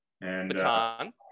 Baton